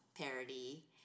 parody